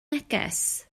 neges